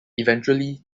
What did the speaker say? eventually